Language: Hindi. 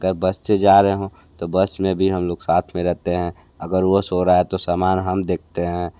अगर बस से जा रहे हों तो बस में भी हम लोग साथ में रहते हैं अगर वो सो रहा है तो सामान हम देखते हैं